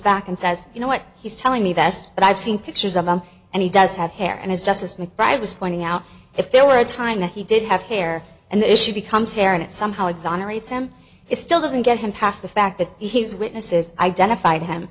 back and says you know what he's telling me that and i've seen pictures of him and he does have hair and his justice mcbride was pointing out if there were a time that he did have hair and the issue becomes hair in it somehow exonerates him it still doesn't get him past the fact that he's witnesses identified him